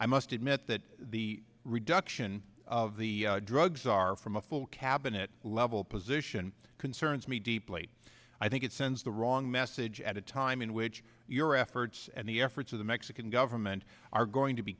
attention must admit that the reduction of the drugs are from a full cabinet level position concerns me deeply i think it sends the wrong message at a time in which your efforts and the efforts of the mexican government are going to be